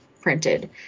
printed